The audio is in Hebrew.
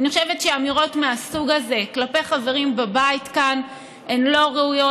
אני חושבת שאמירות מהסוג הזה כלפי חברים בבית כאן הן לא ראויות,